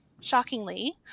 shockingly